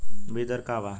बीज दर का वा?